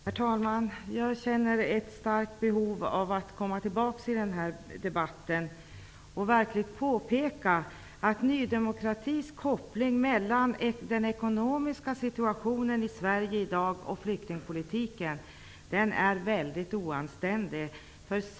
Herr talman! Jag känner ett starkt behov av att komma tillbaks i denna debatt. Ny demokratis koppling mellan den ekonomiska situationen i Sverige i dag och flyktingpolitiken är väldigt oanständig.